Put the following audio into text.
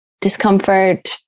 discomfort